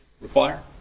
require